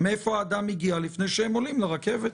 מאיפה האדם הגיע לפני שהם עולים לרכבת.